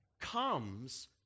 comes